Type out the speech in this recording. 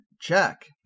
Check